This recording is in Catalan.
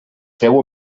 feu